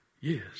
yes